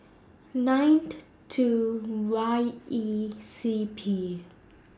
nine two Y E C P